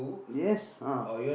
yes ah